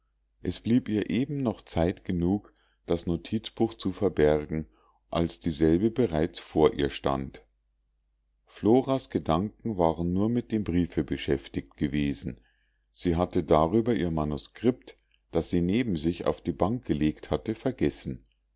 es blieb ihr eben noch zeit genug das notizbuch zu verbergen als dieselbe bereits vor ihr stand floras gedanken waren nur mit dem briefe beschäftigt gewesen sie hatte darüber ihr manuskript das sie neben sich auf die bank gelegt hatte vergessen